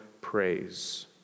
praise